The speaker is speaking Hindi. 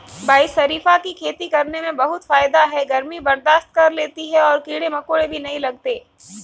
भाई शरीफा की खेती करने में बहुत फायदा है गर्मी बर्दाश्त कर लेती है और कीड़े मकोड़े भी नहीं लगते